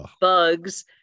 bugs